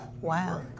Wow